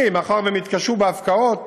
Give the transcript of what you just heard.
מאחר שהם התקשו בהפקעות,